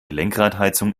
lenkradheizung